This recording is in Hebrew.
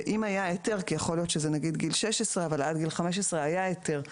באם היה היתר כי יכול להיות שזה גיל 16 ועד גיל 15 היה היתר,